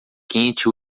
quente